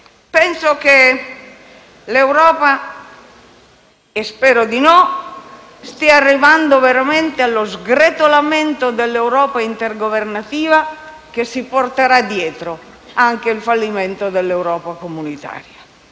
Penso che si stia arrivando veramente allo sgretolamento dell'Europa intergovernativa, che si porterà dietro anche il fallimento dell'Europa comunitaria.